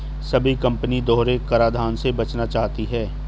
सभी कंपनी दोहरे कराधान से बचना चाहती है